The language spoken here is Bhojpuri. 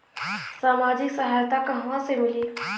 सामाजिक सहायता कहवा से मिली?